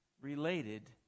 related